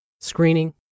screening